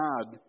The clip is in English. God